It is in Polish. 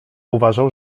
uważał